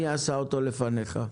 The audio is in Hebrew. מי עשה את התפקיד לפניך?